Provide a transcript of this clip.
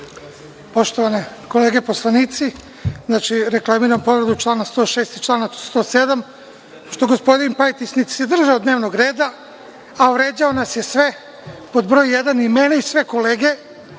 Poštovane kolege poslanici, reklamiram povredu člana 106. i člana 107.Pošto gospodin Pajtić niti se držao dnevnog reda, a vređao nas je sve pod broj jedan i mene i sve kolege,